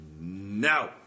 No